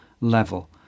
level